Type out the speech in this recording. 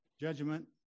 judgment